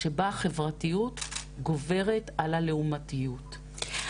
שבה החברתיות גוברת על הלאומתיות".